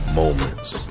moments